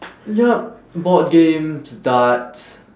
yup board games darts